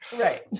right